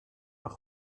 auch